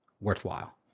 worthwhile